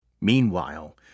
Meanwhile